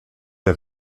der